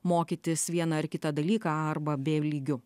mokytis vieną ar kitą dalyką a arba b lygiu